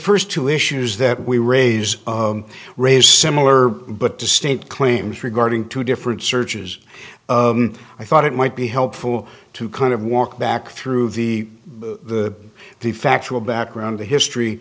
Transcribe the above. first two issues that we raise raise similar but to state claims regarding two different searches i thought it might be helpful to kind of walk back through the the the factual background the history